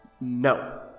No